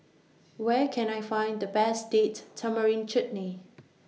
Where Can I Find The Best Date Tamarind Chutney